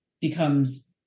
becomes